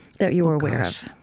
that you were aware